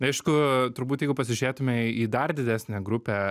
aišku turbūt jeigu pasižiūrėtume į dar didesnę grupę